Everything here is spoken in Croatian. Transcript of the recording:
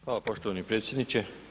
Hvala poštovani predsjedniče.